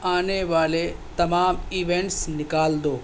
آنے والے تمام ایوینٹس نکال دو